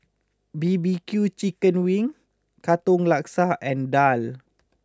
B B Q Chicken Wings Katong Laksa and Daal